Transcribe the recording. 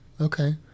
okay